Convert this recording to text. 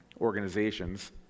organizations